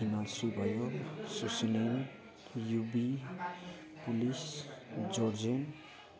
हिमांशु भयो सुसलीम यूबी पुलिस जोर्जेन